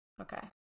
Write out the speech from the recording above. Okay